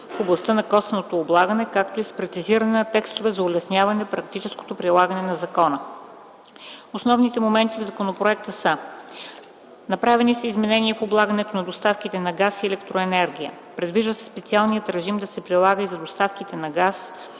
в областта на косвеното облагане, както и с прецизиране на текстове за улесняване практическото прилагане на закона. Основните моменти в законопроекта са: Направени са изменения в облагането на доставките на газ и електроенергия. Предвижда се специалният режим да се прилага и за доставката на газ,